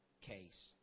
case